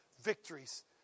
victories